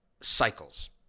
Cycles